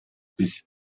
bis